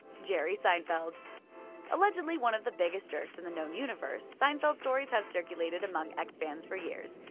jerry seinfeld allegedly one of the biggest jerks in the known universe, seinfeld stories have circulated among ex-fans for years,